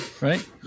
Right